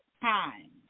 time